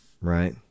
right